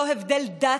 ללא הבדלי דת,